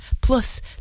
Plus